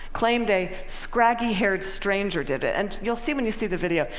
claimed a scraggy-haired stranger did it. and you'll see when you see the video,